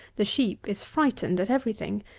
the sheep is frightened at everything,